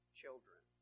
children